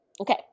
Okay